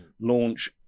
launch